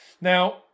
now